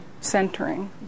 centering